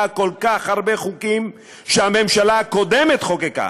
כל כך הרבה חוקים שהממשלה הקודמת חוקקה.